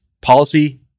policy